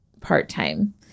part-time